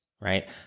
right